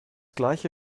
gleiche